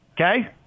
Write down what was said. Okay